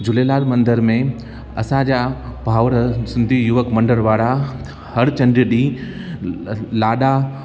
झूलेलाल मंदर में असांजा भाउर सिंधी युवक मंडल वारा हर चंॾ ॾींहं लाॾा